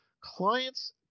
Clients